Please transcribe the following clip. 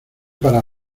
para